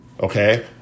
Okay